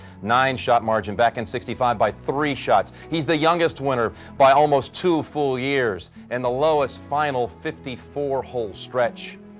nine shot margin back in sixty-five by three shots. he's the youngest winner by almost two full years. and the lowest final. fifty-four-hole stretch.